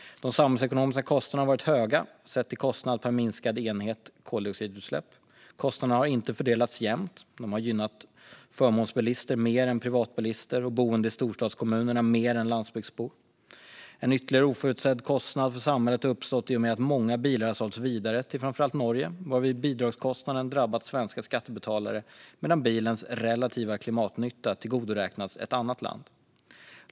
De samhällsekonomiska kostnaderna har varit höga sett till kostnad per minskad enhet koldioxidutsläpp. Kostnaderna har inte fördelats jämnt. De har gynnat förmånsbilister mer än privatbilister och boende i storstadskommunerna mer än landsbygdsbor. En ytterligare och oförutsedd kostnad för samhället har uppstått i och med att många bilar har sålts vidare till framför allt Norge, varvid bidragskostnaden har drabbat svenska skattebetalare medan bilens relativa klimatnytta tillgodoräknas ett annat land.